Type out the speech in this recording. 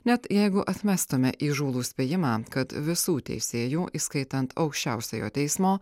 net jeigu atmestume įžūlų spėjimą kad visų teisėjų įskaitant aukščiausiojo teismo